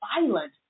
violent